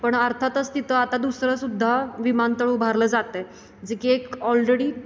पण अर्थातच तिथं आता दुसरंसुद्धा विमानतळ उभारलं जातं आहे जे की एक ऑलरेडी